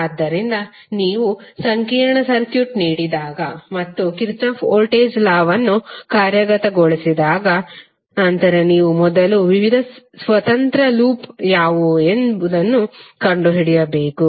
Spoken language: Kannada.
ಆದ್ದರಿಂದ ನೀವು ಸಂಕೀರ್ಣ ಸರ್ಕ್ಯೂಟ್ ನೀಡಿದಾಗ ಮತ್ತು ಕಿರ್ಚಾಫ್ನ ವೋಲ್ಟೇಜ್ ಲಾವನ್ನು Kirchhoff's voltage law ಕಾರ್ಯಗತಗೊಳಿಸಲು ಕೇಳಿದಾಗ ನಂತರ ನೀವು ಮೊದಲು ವಿವಿಧ ಸ್ವತಂತ್ರ ಲೂಪ್ ಯಾವುವು ಎಂಬುದನ್ನು ಕಂಡುಹಿಡಿಯಬೇಕು